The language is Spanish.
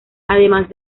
además